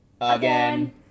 again